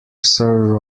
sir